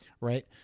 right